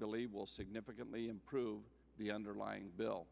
believe will significantly improve the underlying bill